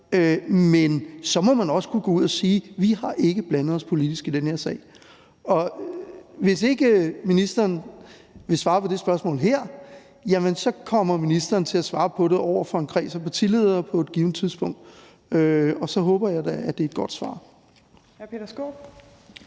Men så må man også kunne gå ud og sige: Vi har ikke blandet os politisk i den her sag. Hvis ikke ministeren vil svare på det spørgsmål her, jamen så kommer ministeren til at svare på det over for en kreds af partiledere på et givent tidspunkt. Og så håber jeg da, at det er et godt svar. Kl.